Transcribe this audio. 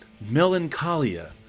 Melancholia